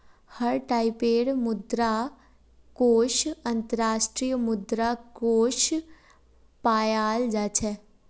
हर टाइपेर मुद्रा कोष अन्तर्राष्ट्रीय मुद्रा कोष पायाल जा छेक